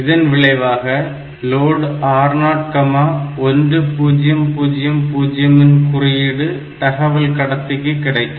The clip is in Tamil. இதன் விளைவாக load R0 1000 இன் குறியீடு தகவல் கடத்திக்கு கிடைக்கும்